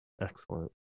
excellent